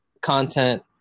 Content